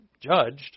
judged